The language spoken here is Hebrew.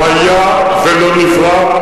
לא היה ולא נברא.